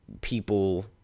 people